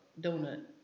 donut